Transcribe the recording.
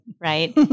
right